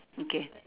okay